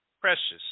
precious